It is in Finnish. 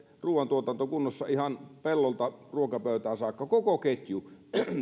ruoantuotanto kunnossa ihan pellolta ruokapöytään saakka koko ketju